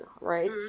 right